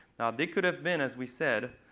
now they could have been, as we said,